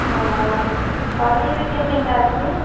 ହଁ paneer can can ଟା ଅଛି